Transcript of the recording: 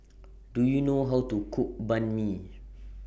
Do YOU know How to Cook Banh MI